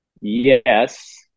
yes